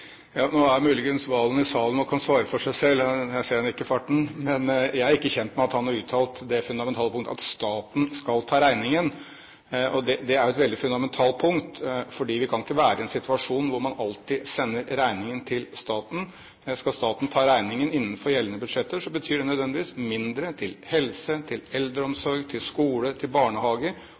Nå er muligens Serigstad Valen i salen og kan svare for seg selv – jeg ser ham ikke i farten – men jeg er ikke kjent med at han har uttalt det fundamentale punkt at staten skal ta regningen. Det er jo et veldig fundamentalt punkt, for vi kan ikke være i en situasjon hvor man alltid sender regningen til staten. Skal staten ta regningen innenfor gjeldende budsjetter, betyr det nødvendigvis mindre til helse, til eldreomsorg, til skole, til